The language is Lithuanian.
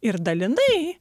ir dalinai